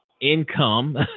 income